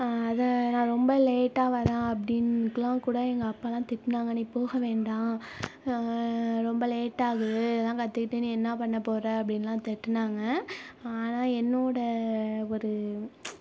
அதை நான் ரொம்ப லேட்டாக வரேன் அப்படின்லாம் கூட எங்கள் அப்பாலாம் திட்டினாங்க நீ போக வேண்டாம் ரொம்ப லேட்டாகுது இதெல்லாம் கற்றுக்கிட்டு நீ என்ன பண்ண போகிற அப்படின்லாம் திட்டினாங்க ஆனால் என்னோடய ஒரு